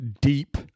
deep